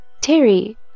Terry